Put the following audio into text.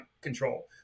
control